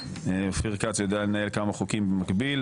יגיע ,אבל אופיר כץ יודע לנהל כמה חוקים במקביל,